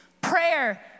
Prayer